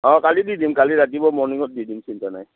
অঁ কালি দি দিম কালি ৰাতিপুৱা মৰ্ণিঙত দি দিম চিন্তা নাই